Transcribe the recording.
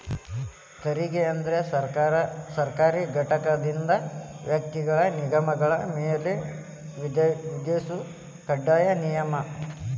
ತೆರಿಗೆ ಅಂದ್ರ ಸರ್ಕಾರಿ ಘಟಕದಿಂದ ವ್ಯಕ್ತಿಗಳ ನಿಗಮಗಳ ಮ್ಯಾಲೆ ವಿಧಿಸೊ ಕಡ್ಡಾಯ ನಿಯಮ